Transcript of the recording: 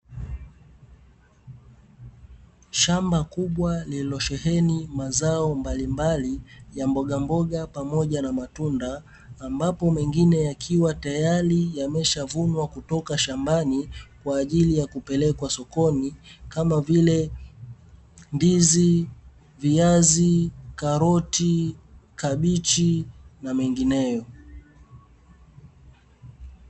Shamba kubwa lililosheheni mazao mbalimbali ya mbogamboga pamoja na matunda ambapo mengine yakiwa tayari yameshavunwa kutoka shambani kwa ajili ya kupelekwa sokoni kama vile ndizi, viazi, karoti, kabichi na mengineyo.